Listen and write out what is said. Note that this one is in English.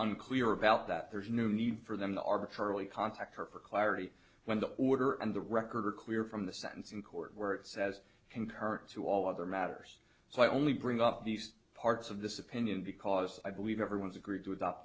unclear about that there's no need for them to arbitrarily contact her for clarity when the order and the record are clear from the sentence in court where it says concurrent to all other matters so i only bring up these parts of this opinion because i believe everyone's agreed to adopt